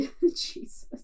Jesus